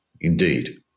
Indeed